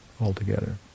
altogether